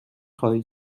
خواهی